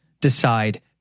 decide